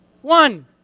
One